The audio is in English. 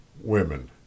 Women